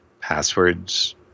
Passwords